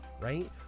right